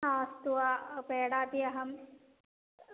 हा अस्तु वा पेडापि अहम्